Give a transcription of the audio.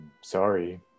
sorry